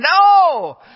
No